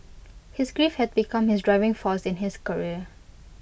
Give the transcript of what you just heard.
his grief had become his driving force in his career